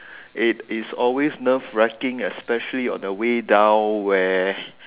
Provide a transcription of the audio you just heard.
it it's always nerve wrecking especially on the way down where